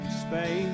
space